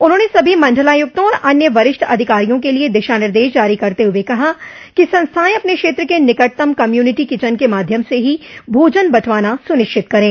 उन्होंने सभी मंडलायुक्तों और अन्य वरिष्ठ अधिकारियों के लिये दिशा निर्देश जारी करते हुए कहा कि संस्थाएं अपने क्षेत्र के निकटतम कम्युनिटी किचन के माध्यम से ही भोजन बंटवाना सुनिश्चित करे